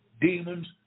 demons